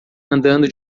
andando